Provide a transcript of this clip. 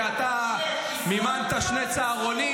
ואתה מימנת שני צהרונים,